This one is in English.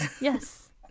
yes